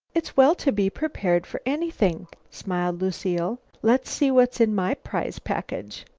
it's well to be prepared for anything, smiled lucile. let's see what's in my prize package.